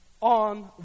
on